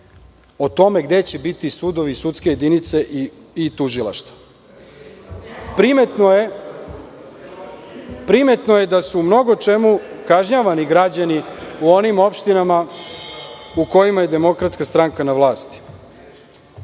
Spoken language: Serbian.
o tome gde će biti sudovi, sudske jedinice i tužilaštva. Primetno da su u mnogo čemu kažnjavani građani u onim opštinama u kojima je DS na vlasti.